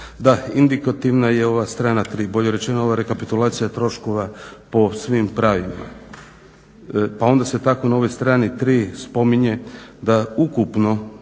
Da, indikativna je ova strana 3, bolje rečeno ova rekapitulacija troškova po svim pravilima. Pa onda se tako na ovoj strani 3 spominje da ukupno